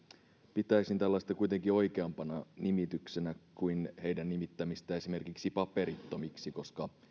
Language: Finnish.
pitäisin tällaista kuitenkin oikeampana nimityksenä kuin heidän nimittämistään esimerkiksi paperittomiksi koska